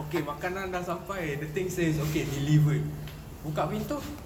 okay makanan dah sampai the thing says okay delivered buka pintu